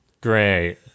Great